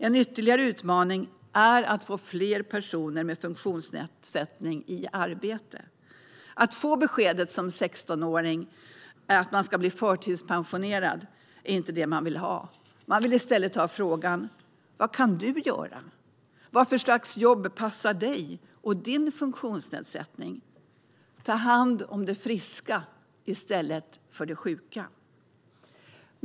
En ytterligare utmaning är att få fler personer med funktionsnedsättning i arbete. Att som 16-åring få besked om att man ska bli förtidspensionerad är inte vad man vill. Man vill i stället få frågan: Vad kan du göra? Vad för slags jobb passar dig och din funktionsnedsättning? Ta hand om det friska i stället för det sjuka!